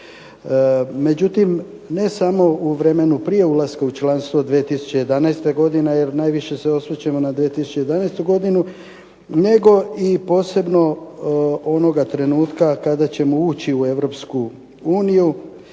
Međutim, ne samo u vremenu prije ulaska u članstvo 2011. godine jer najviše se osvrćemo na 2011. godinu, nego posebno onoga trenutka kada ćemo ući u Europsku uniju,